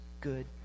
good